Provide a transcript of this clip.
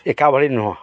ଏକାଭଳି ନୁହଁ